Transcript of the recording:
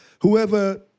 whoever